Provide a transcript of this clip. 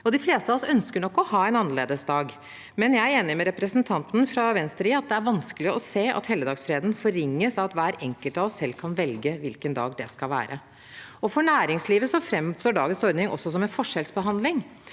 De fleste av oss ønsker nok å ha en annerledes dag, men jeg er enig med representanten fra Venstre i at det er vanskelig å se at helligdagsfreden forringes av at hver enkelt av oss selv kan velge hvilken dag det skal være. Og for næringslivet framstår dagens ordning også som en forskjellsbehandling.